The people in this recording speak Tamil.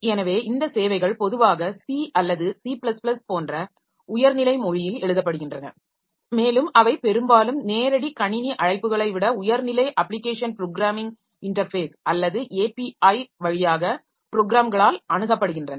எனவே இந்த சேவைகள் பொதுவாக C அல்லது C போன்ற உயர் நிலை மொழியில் எழுதப்படுகின்றன மேலும் அவை பெரும்பாலும் நேரடி கணினி அழைப்புகளை விட உயர் நிலை அப்ளிக்கேஷன் ப்ரோக்ராமிங் இன்டர்ஃபேஸ் அல்லது API வழியாக ப்ரோக்ராம்களால் அணுகப்படுகின்றன